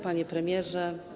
Panie Premierze!